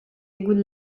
égouts